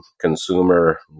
consumer